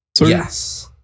Yes